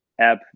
app